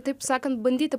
taip sakant bandyti